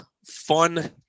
Fun